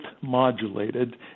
modulated